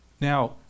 Now